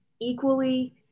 equally